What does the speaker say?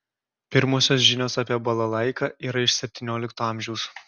pirmosios žinios apie balalaiką yra iš septyniolikto amžiaus